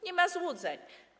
Nie ma złudzeń.